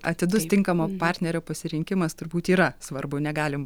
atidus tinkamo partnerio pasirinkimas turbūt yra svarbu negalim